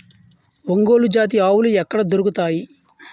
ఒంగోలు జాతి ఆవులు ఎక్కడ దొరుకుతాయి?